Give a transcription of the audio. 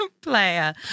player